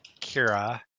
Kira